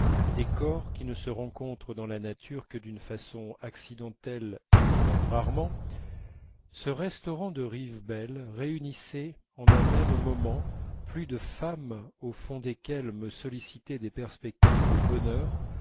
des corps qui ne se rencontrent dans la nature que d'une façon accidentelle et fort rarement ce restaurant de rivebelle réunissait en un même moment plus de femmes au fond desquelles me sollicitaient des perspectives de bonheur